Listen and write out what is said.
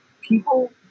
People